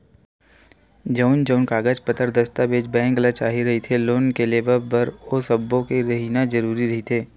जउन जउन कागज पतर दस्ताबेज बेंक ल चाही रहिथे लोन के लेवब बर ओ सब्बो के रहिना जरुरी रहिथे